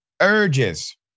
urges